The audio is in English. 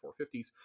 450s